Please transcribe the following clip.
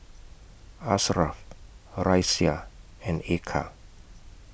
Ashraf Raisya and Eka